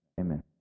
Amen